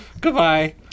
Goodbye